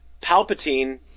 Palpatine